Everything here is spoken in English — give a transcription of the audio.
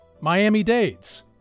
Miami-Dades